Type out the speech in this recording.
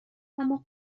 اما